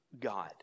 God